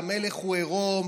המלך הוא עירום,